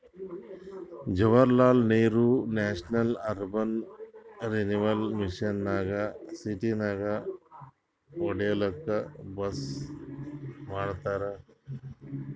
Jawaharlal Nehru national urban renewal mission ನಾಗ್ ಸಿಟಿನಾಗ್ ಒಡ್ಯಾಡ್ಲೂಕ್ ಬಸ್ ಮಾಡ್ಯಾರ್